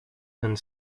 and